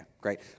great